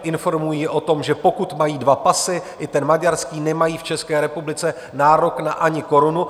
Informují je o tom, že pokud mají dva pasy, i ten maďarský, nemají v České republice nárok ani na korunu.